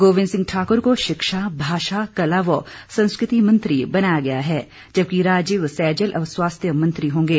गोबिंद सिंह ठाकुर को शिक्षा भाषा कला व संस्कृति मंत्री बनाया गया है जबकि राजीव सैजल अब स्वास्थ्य मंत्री होंगे